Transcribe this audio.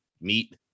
meet